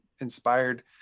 inspired